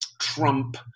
Trump